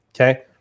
okay